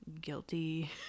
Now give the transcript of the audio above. guilty